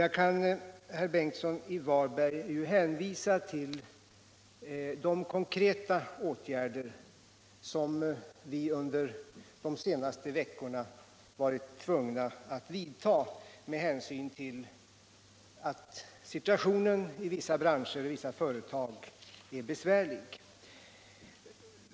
Jag kan, herr Ingemund Bengtsson i Varberg, hänvisa till de konkreta åtgärder som I vi under de senaste veckorna har varit tvungna att vidta med hänsyn Om statligt stöd åt till att situationen i vissa branscher och företag är besvärlig.